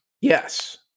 Yes